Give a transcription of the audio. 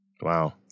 Wow